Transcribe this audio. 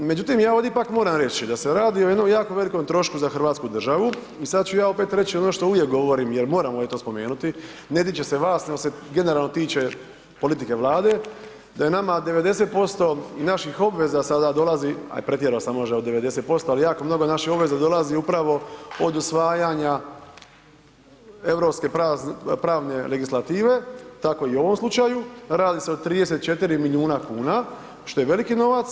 Međutim, ja ovdje ipak moram reći da se radi o jednom jako velikom trošku za Hrvatsku državu i sada ću ja opet reći ono što uvijek govorim jer moram eto spomenuti, ne tiče se vas nego se generalno tiče politike Vlade da je nama 90% i naših obveza sada dolazi, a pretjerao sam možda od 90%, ali jako mnogo naših obveza dolazi upravo od usvajanja europske pravne legislative, tako i u ovom slučaju a radi se o 34 milijuna kuna, što je veliki novac.